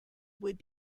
would